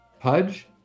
Pudge